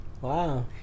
Wow